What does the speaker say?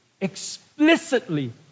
explicitly